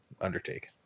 undertake